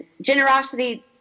generosity